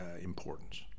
importance